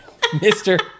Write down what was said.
Mr